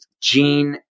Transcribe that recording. Gene